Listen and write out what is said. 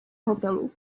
hotelu